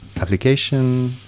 application